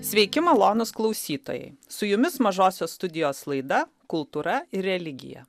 sveiki malonūs klausytojai su jumis mažosios studijos laida kultūra ir religija